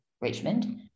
Richmond